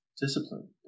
discipline